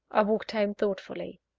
i walked home thoughtful.